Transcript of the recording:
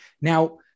Now